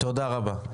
תודה רבה.